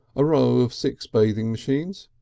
a row of six bathing machines,